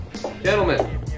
Gentlemen